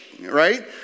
Right